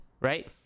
right